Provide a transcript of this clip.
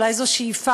אולי זאת שאיפה,